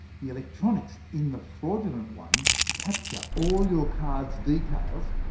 the electronics in the fraudulent one capture all your card's details,